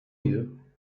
you